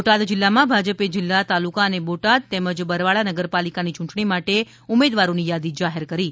બોટાદ જિલ્લામાં ભાજપે જિલ્લા તાલુકા અને બોટાદ તેમજ બરવાળા નગરપાલિકાની યૂંટણી માટે ઉમેદવારોની યાદી જાહેર કરી છે